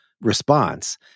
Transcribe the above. response